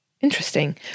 Interesting